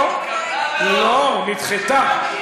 לא, לא, נדחתה.